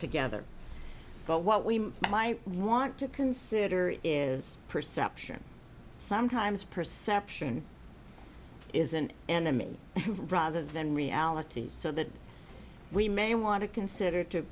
together but what we might want to consider is perception sometimes perception is an anime rather than reality so that we may want to consider to